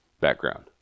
background